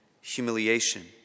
humiliation